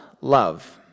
love